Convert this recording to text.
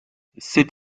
c’est